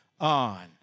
on